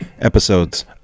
episodes